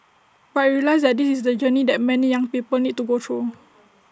but I realised that this is the journey that many young people need to go through